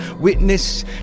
Witness